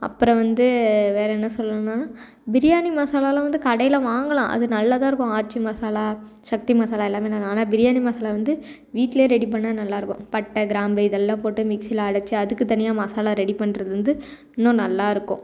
அப்புறம் வந்து வேற என்ன சொல்லணும்னா பிரியாணி மசாலாலாம் வந்து கடையில் வாங்கலாம் அது நல்லாதான் இருக்கும் ஆச்சி மசாலா சக்தி மசாலா எல்லாமே நல்லா ஆனால் பிரியாணி மசாலா வந்து வீட்டிலே ரெடி பண்ணால் நல்லாயிருக்கும் பட்டை கிராம்பு இதெல்லாம் போட்டு மிக்சியில் அரைச்சி அதுக்கு தனியாக மசாலா ரெடி பண்ணுறது வந்து இன்னும் நல்லாயிருக்கும்